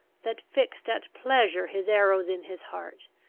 that fixed at pleasure his arrows in his heart,